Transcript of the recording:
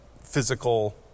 physical